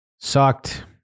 sucked